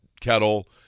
kettle